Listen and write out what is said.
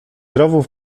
rowów